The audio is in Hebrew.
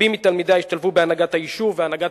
רבים מתלמידיה השתלבו בהנהגת היישוב והנהגת